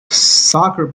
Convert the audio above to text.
soccer